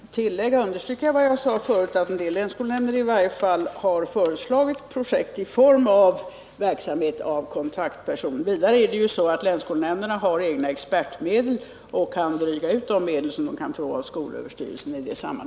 Herr talman! Jag vill understryka vad jag tidigare sade, nämligen att i varje fall en del länsskolnämnder har föreslagit projekt i form av verksamhet av kontaktperson. Vidare har länsskolnämnderna egna expertmedel, med vilka de kan dryga ut de medel de kan få av skolöverstyrelsen.